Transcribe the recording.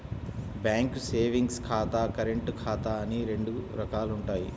bank savings ఖాతా, current ఖాతా అని రెండు రకాలుంటయ్యి